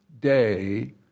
day